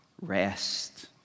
rest